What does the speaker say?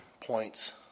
points